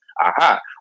Aha